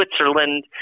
Switzerland